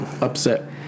Upset